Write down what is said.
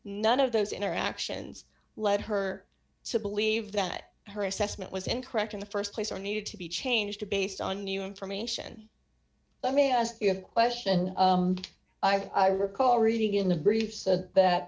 none of those interactions led her to believe that her assessment was incorrect in the st place or needed to be changed to based on new information let me ask you a question i recall reading in the brief so that